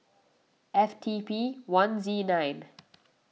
F T P one Z nine